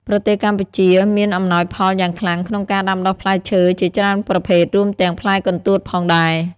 ប្រទេសកម្ពុជាមានអំណោយផលយ៉ាងខ្លាំងក្នុងការដាំដុះផ្លែឈើជាច្រើនប្រភេទ រួមទាំងផ្លែកន្ទួតផងដែរ។